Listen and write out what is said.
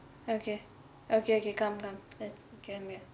okay okay okay come come let's